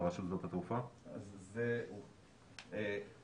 באותה טיוטת קווים מנחים לזיהוי פנים במרחב הציבורי,